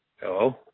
Hello